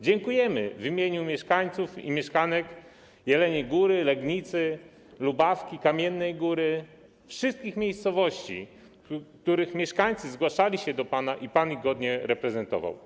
Dziękujemy w imieniu mieszkańców i mieszkanek Jeleniej Góry, Legnicy, Lubawki, Kamiennej Góry, wszystkich miejscowości, których mieszkańcy zgłaszali się do pana i pan ich godnie reprezentował.